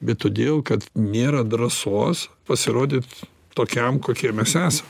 bet todėl kad nėra drąsos pasirodyt tokiam kokie mes esam